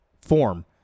form